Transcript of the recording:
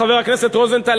חבר הכנסת רוזנטל,